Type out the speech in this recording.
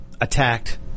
attacked